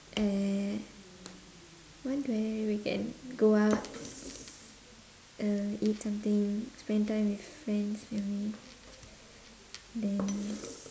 uh what do I weekend go out uh eat something spend time with friends family then